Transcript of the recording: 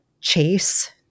chase